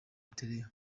eritrea